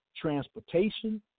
transportation